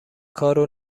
کارو